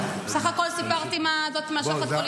בסך הכול סיפרתי מה זאת עם השוחד הפוליטי עשתה.